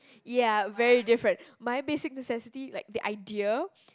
ya very different my basic necessities like the idea